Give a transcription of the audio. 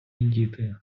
діти